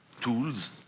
tools